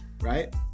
right